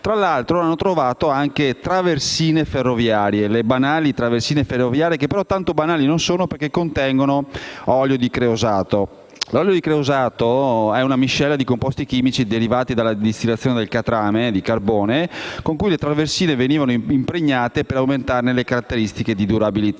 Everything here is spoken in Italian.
tra l'altro, hanno trovato anche traversine ferroviarie. Le banali traversine ferroviarie che però tanto banali non sono, perché contengono olio di creosoto, una miscela di composti chimici derivati dalla distillazione del catrame di carbone, con cui le traversine venivano impregnate per aumentarne le caratteristiche di durabilità.